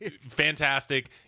fantastic